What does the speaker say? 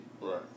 Right